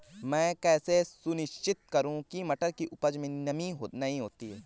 मैं कैसे सुनिश्चित करूँ की मटर की उपज में नमी नहीं है?